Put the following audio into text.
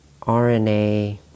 RNA